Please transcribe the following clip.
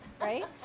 right